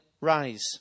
rise